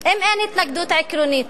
אם אין התנגדות עקרונית.